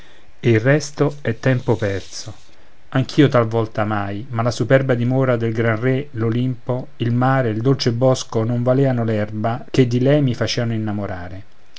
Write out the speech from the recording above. e il resto è tempo perso anch'io talvolta amai ma la superba dimora del gran re l'olimpo il mare il dolce bosco non valeano e l'erba che di lei mi faceano innamorare